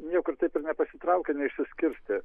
niekur taip ir nepasitraukė neišsiskirstė